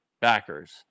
backers